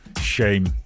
Shame